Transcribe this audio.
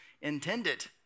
intended